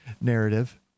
narrative